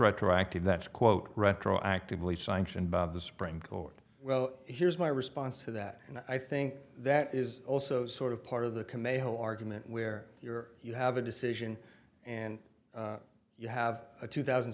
retroactive that's quote retroactively sanctioned by the supreme court well here's my response to that and i think that is also sort of part of the committee whole argument where you're you have a decision and you have a two thousand